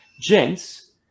Gents